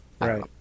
Right